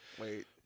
Wait